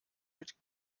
mit